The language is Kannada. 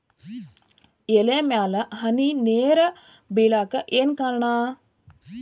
ಎಲೆ ಮ್ಯಾಲ್ ಹನಿ ನೇರ್ ಬಿಳಾಕ್ ಏನು ಕಾರಣ?